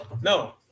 No